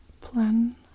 plan